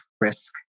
risk